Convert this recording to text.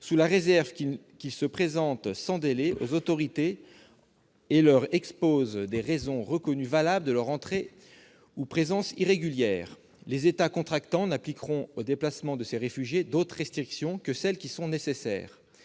sous la réserve qu'ils se présentent sans délai aux autorités et leur exposent des raisons reconnues valables de leur entrée ou présence irrégulières. « Les États contractants n'appliqueront aux déplacements de ces réfugiés d'autres restrictions que celles qui sont nécessaires